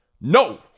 no